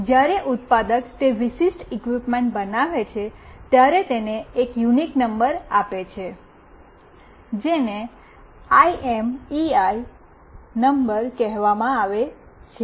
જ્યારે ઉત્પાદક તે વિશિષ્ટ ઇક્વિપ્મન્ટ બનાવે છે ત્યારે તે તેને એક યુનિક નંબર આપે છે જેને આઈએમઈઆઈ નંબર કહેવામાં આવે છે